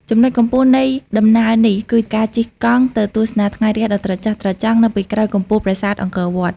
ចំណុចកំពូលនៃដំណើរនេះគឺការជិះកង់ទៅទស្សនាថ្ងៃរះដ៏ត្រចះត្រចង់នៅពីក្រោយកំពូលប្រាសាទអង្គរវត្ត។